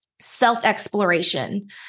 self-exploration